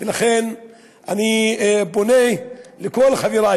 לכן אני פונה אל כל חברי,